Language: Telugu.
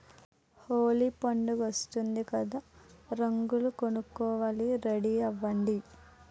హోలీ పండుగొస్తోంది కదా రంగులు కొనుక్కోవాలి రెడీ అవ్వండి